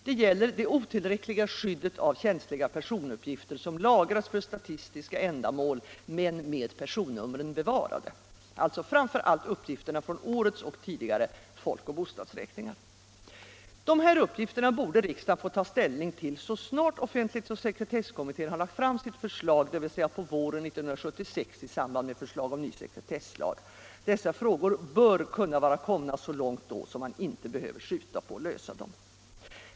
Det gäller det otillräckliga skyddet av känsliga personuppgifter, som lagras för statistiska ändamål men med personnumren bevarade, alltså framför allt uppgifterna från årets och tidigare folkoch bostadsräkningar. Dessa uppgifter bör riksdagen få ta ställning till så snart offentlighetsoch sekretesslagstiftningskommittén har lagt fram sitt förslag, dvs. på våren 1976 i samband med förslag om en ny sekretesslag. Dessa frågor bör kunna vara komna så långt då, att man inte behöver skjuta på lösningen av dem.